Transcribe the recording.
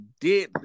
deadly